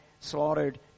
slaughtered